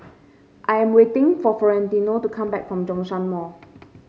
I am waiting for Florentino to come back from Zhongshan Mall